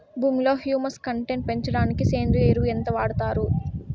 భూమిలో humus content పెంచడానికి సేంద్రియ ఎరువు ఎంత వాడుతారు